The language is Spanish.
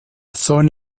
son